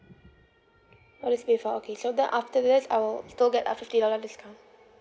orh this before okay so then after this I will still get a fifty dollar discount